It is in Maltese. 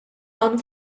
hawn